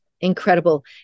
Incredible